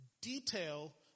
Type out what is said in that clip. detail